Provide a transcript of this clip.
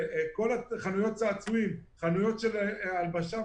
חנויות צעצועים, חנויות הלבשה